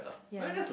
ya